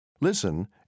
Listen